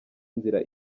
nzira